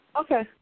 Okay